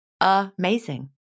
Amazing